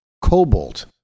cobalt